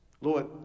Lord